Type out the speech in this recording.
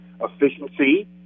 efficiency